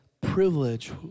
privilege